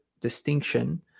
Distinction